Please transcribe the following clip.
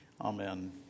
Amen